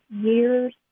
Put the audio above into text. years